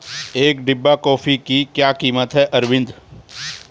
एक डिब्बा कॉफी की क्या कीमत है अरविंद?